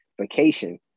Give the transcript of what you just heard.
vacation